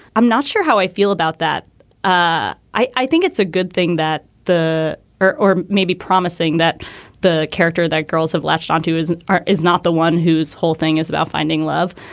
i'm not sure how i feel about that ah i i think it's a good thing that the or or maybe promising that the character that girls have latched onto is is not the one whose whole thing is about finding love.